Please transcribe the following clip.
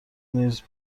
نیز